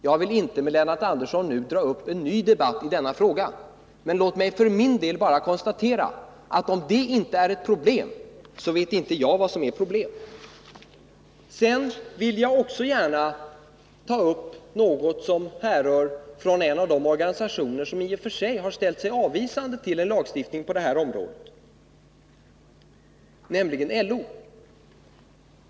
Jag vill inte nu ta upp en ny debatt i denna fråga med Lennart Andersson, men låt mig för min del bara konstatera att om inte detta är ett problem, så vet jag inte vad som är problem. Sedan vill jag också gärna ta upp något som härrör från en av de organisationer som i och för sig ställt sig avvisande till en lagstiftning på det här området, nämligen LO.